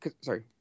sorry